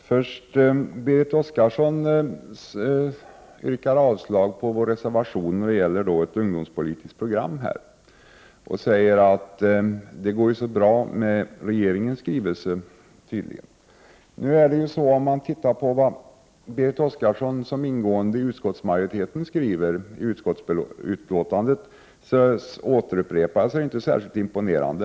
Fru talman! Berit Oscarsson yrkar avslag på vår reservation om ett ungdomspolitiskt program. Hon säger att det räcker med regeringens skrivelse. Det som Berit Oscarsson och utskottsmajoriteten skriver i betänkandet är inte så imponerande.